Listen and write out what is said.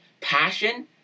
Passion